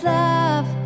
love